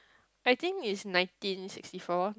I think is nineteen sixty four